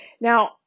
Now